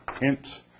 Int